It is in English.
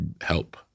help